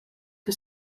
que